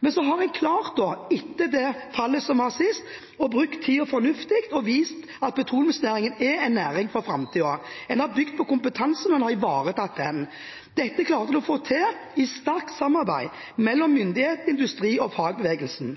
Men så har en klart, etter det fallet som var sist, å bruke tiden fornuftig og vist at petroleumsnæringen er en næring for framtiden. En har bygd på kompetansen, og en har ivaretatt den. Dette klarte en å få til i nært samarbeid mellom myndighet, industri og fagbevegelse.